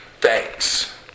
thanks